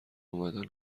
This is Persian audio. اومدن